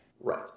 Right